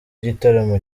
gitaramo